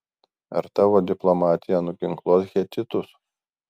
ar tavo diplomatija nuginkluos hetitus